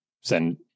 send